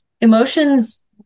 Emotions